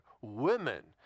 Women